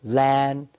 land